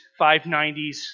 590s